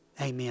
Amen